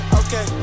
okay